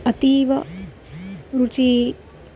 अतीव रुचिः